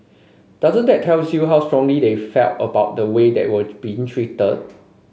doesn't that tells you how strongly they felt about the way they were been treated